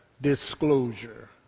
Disclosure